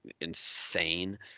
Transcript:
insane